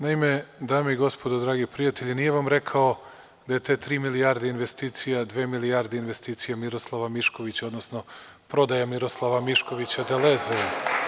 Naime, dame i gospodo dragi prijatelji, nije vam rekao da je tri milijarde investicija, dve milijarde investicija Miroslava Miškovića, odnosno prodaja Miroslava Miškovića „Delezeu“